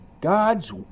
God's